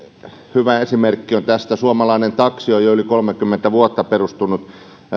hyvä esimerkki tästä on suomalainen taksi joka on jo yli kolmekymmentä vuotta perustunut